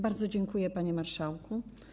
Bardzo dziękuję, panie marszałku.